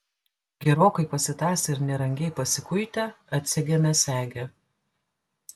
gerokai pasitąsę ir nerangiai pasikuitę atsegėme segę